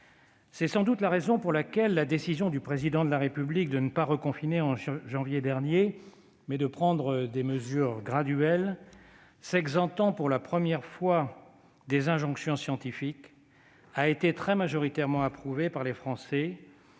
C'est sans doute la raison pour laquelle la décision du Président de la République de ne pas reconfiner en janvier dernier, mais de prendre des mesures graduelles, s'exemptant pour la première fois des injonctions scientifiques, a été très majoritairement approuvée par les Français,